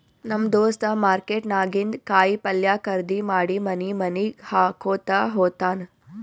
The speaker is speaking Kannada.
ನಮ್ ದೋಸ್ತ ಮಾರ್ಕೆಟ್ ನಾಗಿಂದ್ ಕಾಯಿ ಪಲ್ಯ ಖರ್ದಿ ಮಾಡಿ ಮನಿ ಮನಿಗ್ ಹಾಕೊತ್ತ ಹೋತ್ತಾನ್